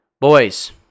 Boys